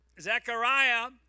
Zechariah